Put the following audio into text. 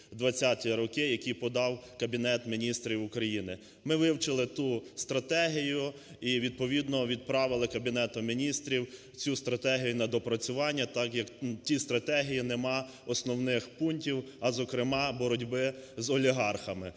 2018-2020 роки, яку подав Кабінет Міністрів України. Ми вивчили ту стратегію і відповідно відправили Кабінету Міністрів цю стратегію на доопрацювання, так як в тій стратегії нема основних пунктів, а, зокрема, боротьби з олігархами.